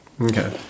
Okay